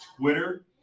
Twitter